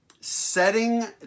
setting